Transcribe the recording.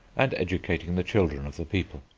and educating the children of the people.